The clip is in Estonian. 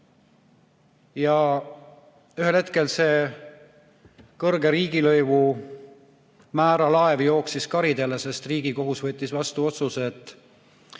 Ühel hetkel see kõrge riigilõivumäära laev jooksis karile, sest Riigikohus võttis vastu otsuse, et